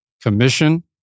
Commission